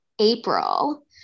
April